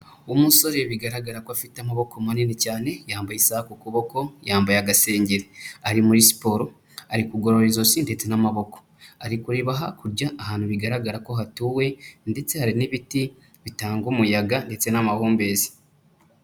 Umusore ibi bigaragara ko afite amaboko manini cyane, yambaye isaha ku kuboko, yambaye agasengeri, ari muri siporo ari kugorora ijosi ndetse n'amaboko, ari kureba hakurya ahantu bigaragara ko hatuwe ndetse hari n'ibiti bitanga umuyaga ndetse n'amahumbezi.